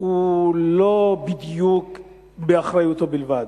הוא לא בדיוק באחריותו בלבד.